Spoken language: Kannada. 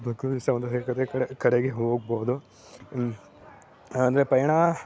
ಪ್ರಕೃತಿ ಸೌಂದರ್ಯ ಕಡೆ ಕಡೆಗೆ ಹೋಗ್ಬೋದು ಅಂದರೆ ಪಯಣ